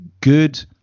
good